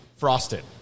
Frosted